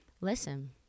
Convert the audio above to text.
Listen